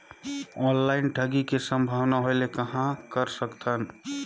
Online ठगी के संभावना होय ले कहां कर सकथन?